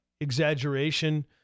exaggeration